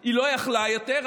היא לא יכלה יותר.